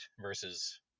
versus